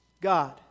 God